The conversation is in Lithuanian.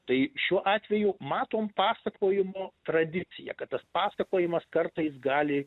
tai šiuo atveju matom pasakojimų tradiciją kad tas pasakojimas kartais gali